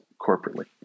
corporately